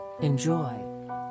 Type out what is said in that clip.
Enjoy